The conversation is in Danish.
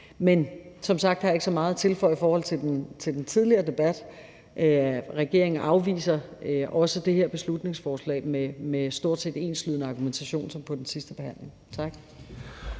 Men som sagt har jeg ikke så meget at tilføje i forhold til den tidligere debat. Regeringen afviser også det her beslutningsforslag med stort set enslydende argumentation som under den forrige behandling. Tak.